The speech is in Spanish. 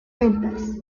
ventas